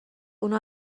اونا